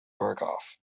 berghoff